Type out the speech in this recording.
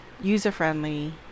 user-friendly